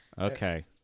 Okay